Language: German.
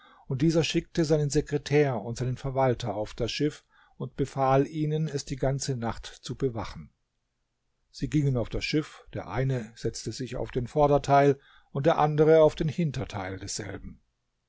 und dieser schickte seinen sekretär und seinen verwalter auf das schiff und befahl ihnen es die ganze nacht zu bewachen sie gingen auf das schiff der eine setzte sich auf den vorderteil und der andere auf den hinterteil desselben